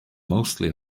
mostly